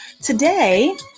today